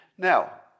Now